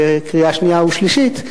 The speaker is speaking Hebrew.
בקריאה שנייה ובקריאה שלישית,